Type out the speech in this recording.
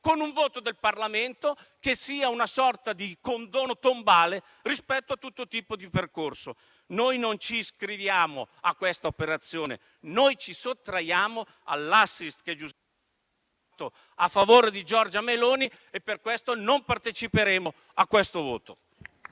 con un voto del Parlamento che sia una sorta di condono tombale rispetto a tutto il tipo di percorso. Noi non ci iscriviamo a questa operazione, noi ci sottraiamo all'*assist* che... *(Il microfono si disattiva automaticamente)*. ...a favore di Giorgia Meloni e per questo non parteciperemo a questo voto.